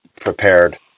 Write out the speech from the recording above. prepared